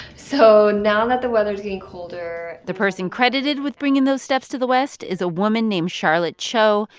so now that the weather's getting colder. the person credited with bringing those steps to the west is a woman named charlotte cho,